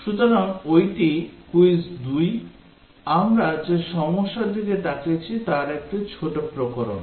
সুতরাং ওইটি কুইজ 2 আমরা যে সমস্যার দিকে তাকিয়েছি তার একটি ছোট প্রকরণ